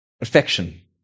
affection